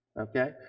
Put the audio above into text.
Okay